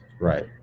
Right